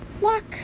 lock